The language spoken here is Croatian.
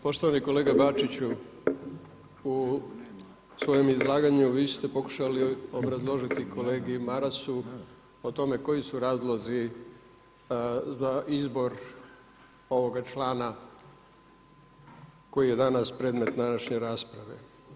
Poštovani kolega Bačiću, u svojem izlaganju vi ste pokušali obrazložiti kolegi Marasu o tome koji su razlozi za izbor ovoga člana koji je danas predmet današnje rasprave.